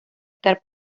estar